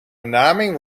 benaming